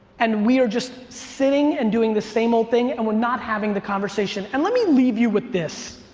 and we are just sitting and doing the same old thing. and we're not having the conversation. and let me leave you with this.